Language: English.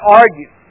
argue